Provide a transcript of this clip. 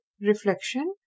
Reflection